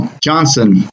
Johnson